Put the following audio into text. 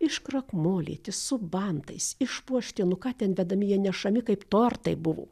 iškrakmolyti su bantais išpuošti nu ką ten vedami jie nešami kaip tortai buvo